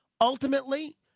Ultimately